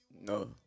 No